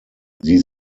sie